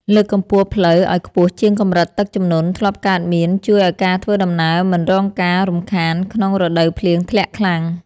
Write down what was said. លើកកម្ពស់ផ្លូវឱ្យខ្ពស់ជាងកម្រិតទឹកជំនន់ធ្លាប់កើតមានជួយឱ្យការធ្វើដំណើរមិនរងការរំខានក្នុងរដូវភ្លៀងធ្លាក់ខ្លាំង។